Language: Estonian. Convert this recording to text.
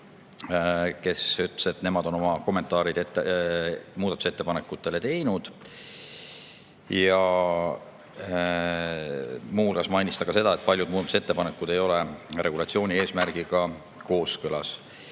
kes ütles, et nemad on oma kommentaarid muudatusettepanekute kohta teinud. Muu hulgas mainis ta ka seda, et paljud muudatusettepanekud ei ole regulatsiooni eesmärgiga kooskõlas.